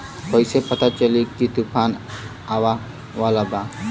कइसे पता चली की तूफान आवा वाला बा?